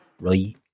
right